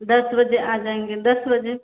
दस बजे आ जाएंगे दस बजे